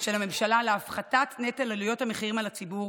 של הממשלה להפחתת נטל עליות המחירים על הציבור,